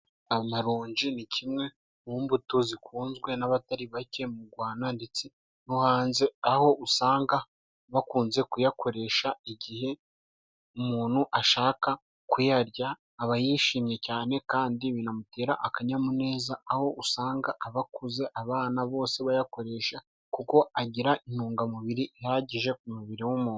Amaronji ni kimwe mu mbuto zikunzwe n'abatari bake mu Rwanda ndetse no hanze, aho usanga bakunze kuyakoresha igihe umuntu ashaka kuyarya, aba yishimye cyane kandi binamutera akanyamuneza, aho usanga abakuze, abana bose bayakoresha kuko agira intungamubiri zihagije ku mubiri w'umuntu.